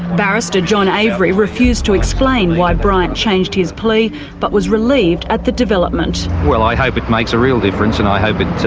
barrister john avery refused to explain why bryant changed his plea but was relieved at the development. well, i hope it makes a real difference and i hope it